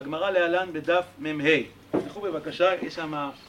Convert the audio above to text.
הגמרא לאלן בדף מה, תפתחו בבקשה, יש שמה...